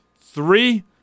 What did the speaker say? three